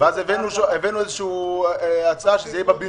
ואז הבאנו איזושהי הצעה שזה יהיה בבינוי.